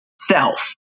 self